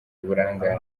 uburangare